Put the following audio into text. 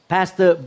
Pastor